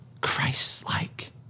Christ-like